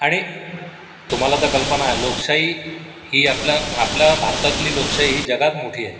आणि तुम्हाला तर कल्पना आहे लोकशाही ही आपल्या आपल्या भारतातली लोकशाही ही जगात मोठी आहे